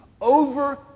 over